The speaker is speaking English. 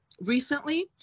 recently